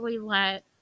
let